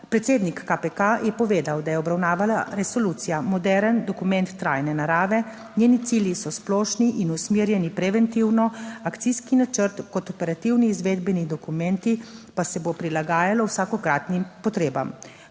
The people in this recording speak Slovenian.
Predsednik KPK je povedal, da je obravnavana resolucija moderen dokument trajne narave, njeni cilji so splošni in usmerjeni preventivno, akcijski načrt kot operativni izvedbeni dokumenti pa se bo prilagajalo vsakokratnim potrebam.